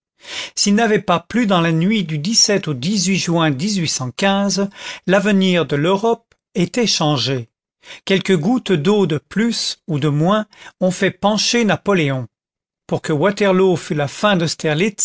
s'il n'avait pas plu dans la nuit du au juin l'avenir de l'europe était changé quelques gouttes d'eau de plus ou de moins ont fait pencher napoléon pour que waterloo fût la fin d'austerlitz